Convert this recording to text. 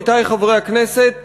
עמיתי חברי הכנסת,